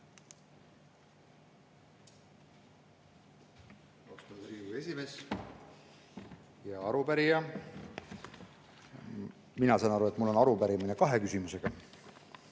esimees! Hea arupärija! Mina sain aru, et mul on arupärimine kahe küsimusega.